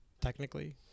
Technically